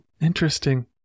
Interesting